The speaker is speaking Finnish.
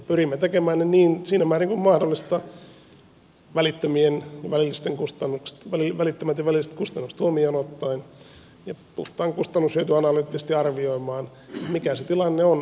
pyrimme tekemään tämän siinä määrin kuin mahdollista välittömät ja välilliset kustannukset huomioon ottaen ja puhtaasti kustannushyöty analyyttisesti arvioimaan mikä se tilanne on